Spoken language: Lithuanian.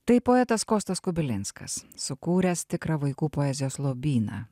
tai poetas kostas kubilinskas sukūręs tikrą vaikų poezijos lobyną